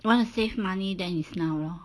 wanna save money than is now lor